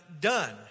done